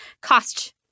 cost